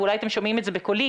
ואולי אתם שומעים את זה בקולי,